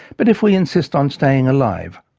but, if we insist on staying alive,